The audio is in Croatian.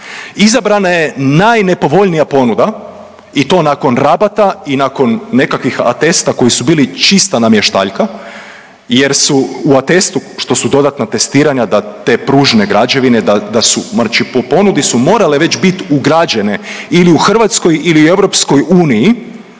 izabrana je najnepovoljnija ponuda i to nakon rabata i nakon nekakvih atesta koji su bili čista namještaljka jer su u atestu što su dodatna testiranja da te pružne građevine da, da su, znači po ponudi su morale već bit ugrađene ili u Hrvatskoj ili u EU kao primjer